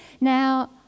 Now